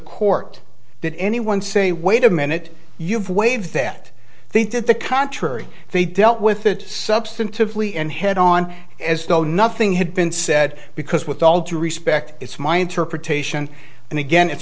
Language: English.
court did anyone say wait a minute you've waived that they did the contrary they dealt with it substantively and head on as though nothing had been said because with all due respect it's my interpretation and again it's